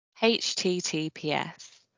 HTTPS